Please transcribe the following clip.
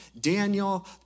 Daniel